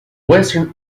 western